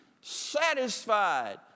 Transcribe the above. satisfied